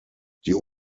die